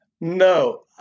no